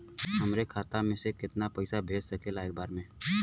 हमरे खाता में से कितना पईसा भेज सकेला एक बार में?